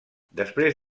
després